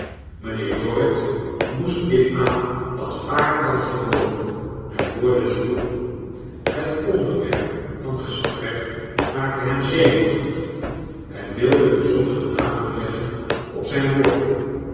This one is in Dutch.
mrjnheer dorrit moest ditmaal wat vaker dan gewoonlijk naar woorden zoeken het onderwerp van gesprek maakte hem zenuwachtig hij wilde bijzonderen nadruk leggen op zijn woorden